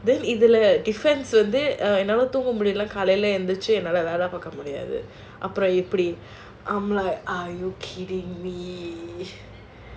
then இதுல:idhula difference வந்து நாம தூங்க முடிலனா காலைல எந்திரிச்சி வேல பார்க்க முடியாது:vandhu namma thoonga mudilanaa kaalaila enthirichi vela paarka mudiyaathu I'm like are you kidding me